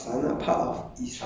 northeast of thailand